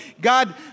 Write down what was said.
God